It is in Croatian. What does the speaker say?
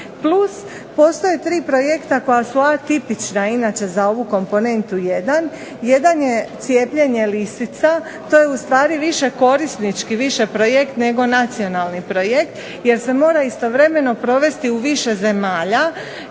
plus postoje 3 projekta koja su atipična inače za ovu Komponentu 1. Jedan je cijepljenje lisica, to je ustvari više korisnički, više projekt nego nacionalni projekt jer se mora istovremeno provesti u više zemalja